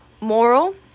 Moral